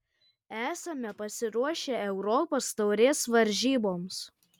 esame pasiruošę europos taurės varžyboms